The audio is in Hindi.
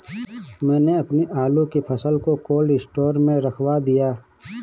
मैंने अपनी आलू की फसल को कोल्ड स्टोरेज में रखवा दिया